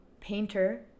painter